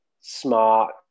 smart